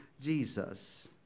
Jesus